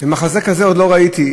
מחזה כזה עוד לא ראיתי.